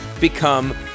become